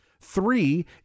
Three